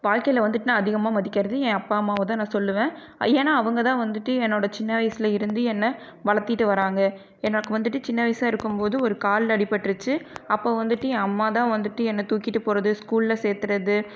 வாழ்க்கையில் வந்துட்டு நான் அதிகமாக மதிக்கிறது என் அப்பா அம்மாவை தான் நான் சொல்லுவேன் ஏன்னால் அவங்க தான் வந்துட்டு என்னோடய சின்ன வயசில் இருந்து என்னை வளர்த்திட்டு வராங்க எனக்கு வந்துட்டு சின்ன வயசாக இருக்கும் போது ஒரு காலில் அடிப்பட்டிருச்சு அப்போது வந்துட்டு என் அம்மா தான் வந்துட்டு என்னை தூக்கிகிட்டு போகிறது ஸ்கூலில் சேர்த்துறது